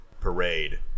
Parade